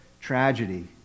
tragedy